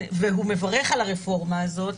והוא מברך על הרפורמה הזאת,